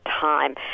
time